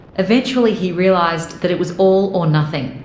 eventually, he realised that it was all or nothing.